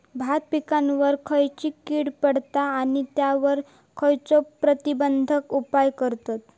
भात पिकांवर खैयची कीड पडता आणि त्यावर खैयचे प्रतिबंधक उपाय करतत?